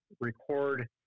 record